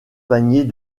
paniers